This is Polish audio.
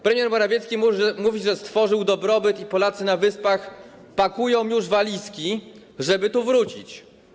Premier Morawiecki może mówić, że stworzył dobrobyt i Polacy na Wyspach pakują już walizki, żeby tu wrócić.